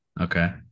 okay